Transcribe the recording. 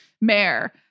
mayor